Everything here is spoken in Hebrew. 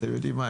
אתם יודעים מה,